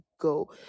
go